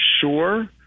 Sure